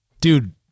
dude